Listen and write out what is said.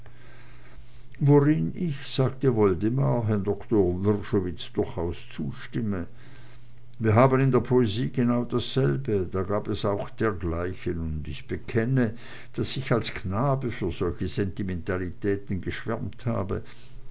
worin ich sagte woldemar herrn doktor wrschowitz durchaus zustimme wir haben in der poesie genau dasselbe da gab es auch dergleichen und ich bekenne daß ich als knabe für solche sentimentalitäten geschwärmt habe